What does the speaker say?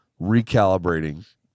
recalibrating